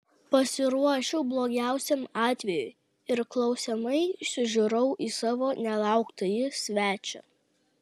pasiruošiau blogiausiam atvejui ir klausiamai sužiurau į savo nelauktąjį svečią